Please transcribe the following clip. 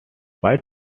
why